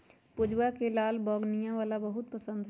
पूजवा के लाल बोगनवेलिया बहुत पसंद हई